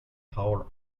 power